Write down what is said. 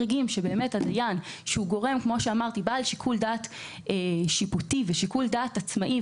הדיין הוא גורם בעל שיקול דעת שיפוטי ושיקול דעת עצמאי,